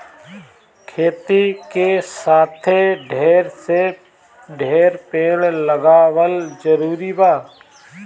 खेती के साथे ढेर से ढेर पेड़ लगावल जरूरी बा